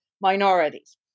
minorities